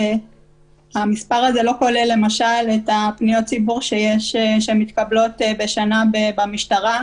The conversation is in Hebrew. כשהמספר הזה לא כולל למשל את פניות הציבור שמתקבלות בשנה במשטרה,